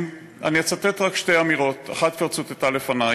אצטט רק שתי אמירות, אחת כבר צוטטה לפני.